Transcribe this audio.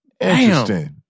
Interesting